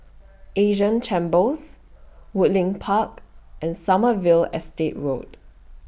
Asian Chambers Woodleigh Park and Sommerville Estate Road